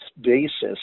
basis